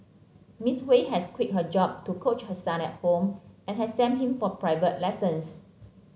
Miss Hui has quit her job to coach her son at home and has sent him for private lessons